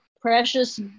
precious